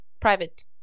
Private